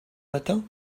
matin